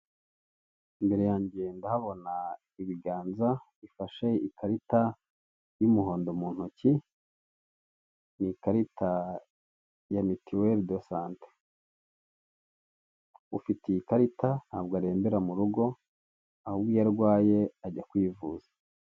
Imbere yanjye ndahabona ibiganza bifashe ikarita y'umuhondo mu ntoki ni ikarita ya mituwere de sante ufite iyi ikarita ntabwo arembera mu rugo ahubwo iyo arwaye ajya kwivuza.